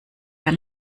der